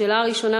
השאלה הראשונה,